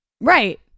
right